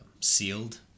sealed